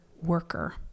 worker